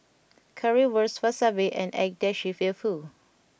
Currywurst Wasabi and Agedashi Dofu